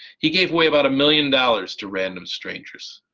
he gave away about a million dollars to random strangers.